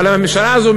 אבל הממשלה הזאת,